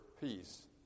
Peace